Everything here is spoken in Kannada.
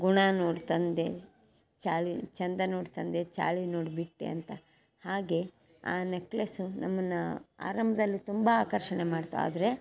ಗುಣ ನೋಡಿ ತಂದೆ ಚಾಳಿ ಚಂದ ನೋಡಿ ತಂದೆ ಚಾಳಿ ನೋಡಿ ಬಿಟ್ಟೆ ಅಂತ ಹಾಗೆ ಆ ನೆಕ್ಲೆಸ್ಸು ನಮ್ಮನ್ನು ಆರಂಭದಲ್ಲಿ ತುಂಬ ಆಕರ್ಷಣೆ ಮಾಡಿತು ಆದರೆ